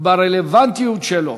והרלוונטיות שלו.